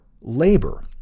labor